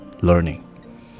learning